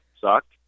sucked